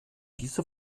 diese